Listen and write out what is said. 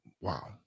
wow